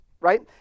right